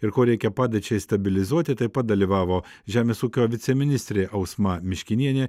ir ko reikia padėčiai stabilizuoti taip pat dalyvavo žemės ūkio viceministrė ausma miškinienė